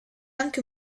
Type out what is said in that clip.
anche